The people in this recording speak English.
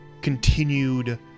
continued